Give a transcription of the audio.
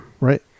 Right